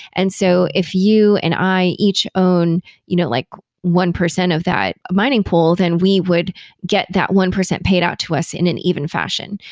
and so if you and i each own you know like one percent of that mining pool, then we would get that one percent paid out to us in an even fashion.